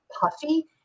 puffy